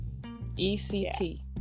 ECT